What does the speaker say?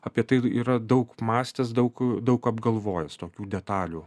apie tai yra daug mąstęs daug daug apgalvojęs tokių detalių